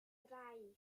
drei